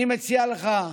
אני מציע לך,